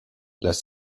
les